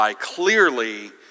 clearly